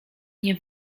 nie